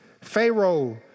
Pharaoh